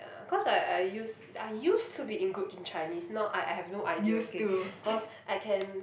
ya cause I I used I used to be in good in Chinese now I I have no idea okay cause I can